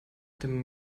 dem